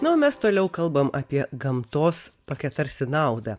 na mes toliau kalbame apie gamtos tokia tarsi nauda